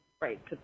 right